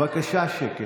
בבקשה שקט.